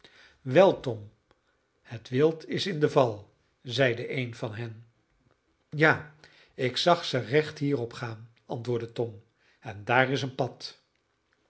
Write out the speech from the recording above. tom het wild is in de val zeide een van hen ja ik zag ze recht hierop gaan antwoordde tom en daar is een pad